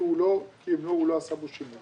כי הוא לא עשה בו שימוש.